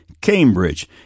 Cambridge